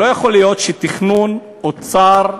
לא יכול להיות שתכנון, אוצר,